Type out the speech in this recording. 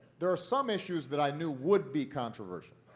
there are some issues that i knew would be controversial.